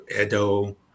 Edo